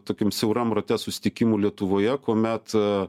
tokiam siauram rate susitikimų lietuvoje kuomet